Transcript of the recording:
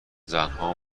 زنها